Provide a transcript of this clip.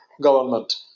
government